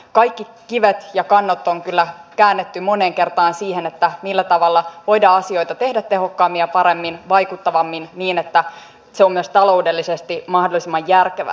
kaikki kivet ja kannot on kyllä käännetty moneen kertaan siinä millä tavalla voidaan asioita tehdä tehokkaammin ja paremmin vaikuttavammin niin että se on myös taloudellisesti mahdollisimman järkevää